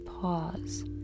pause